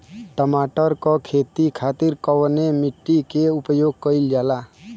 टमाटर क खेती खातिर कवने मिट्टी के उपयोग कइलजाला?